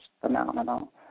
phenomenal